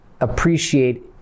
appreciate